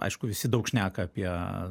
aišku visi daug šneka apie